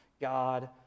God